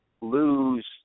lose